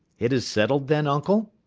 it is settled, then, uncle?